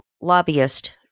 Lobbyist